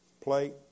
plate